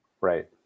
right